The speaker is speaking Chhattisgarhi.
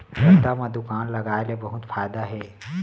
रद्दा म दुकान लगाय ले बहुत फायदा हे